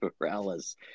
Morales